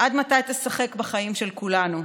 עד מתי תשחק בחיים של כולנו?